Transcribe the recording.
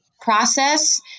process